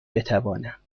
بتوانم